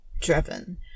driven